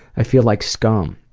i feel like scum.